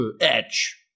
edge